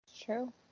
True